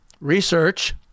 Research